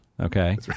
Okay